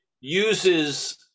uses